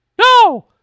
No